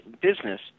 business